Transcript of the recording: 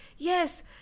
Yes